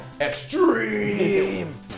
Extreme